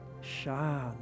shine